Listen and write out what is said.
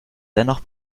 dennoch